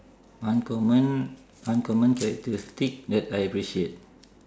uncommon uncommon characteristic that I appreciate